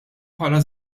bħala